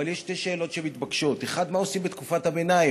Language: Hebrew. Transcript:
אבל יש שתי שאלות מתבקשות: 1. מה עושים בתקופת הביניים,